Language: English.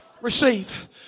Receive